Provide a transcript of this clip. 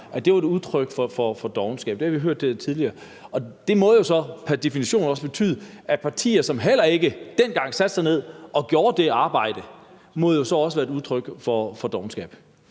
at det var et udtryk for dovenskab. Det har vi hørt tidligere, og det må jo så pr. definition også betyde, at det hos de partier, som dengang heller ikke satte sig ned og gjorde det arbejde, var et udtryk for dovenskab.